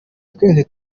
twese